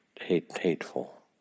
hateful